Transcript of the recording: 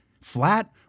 flat